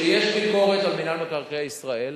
כשיש ביקורת על מינהל מקרקעי ישראל,